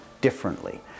differently